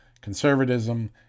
conservatism